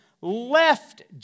left